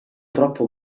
troppo